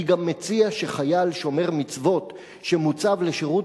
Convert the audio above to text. אני גם מציע שחייל שומר מצוות שמוצב לשירות